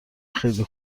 خیلی